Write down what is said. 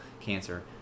cancer